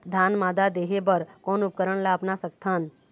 धान मादा देहे बर कोन उपकरण ला अपना सकथन?